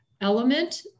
element